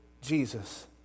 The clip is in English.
Jesus